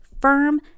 firm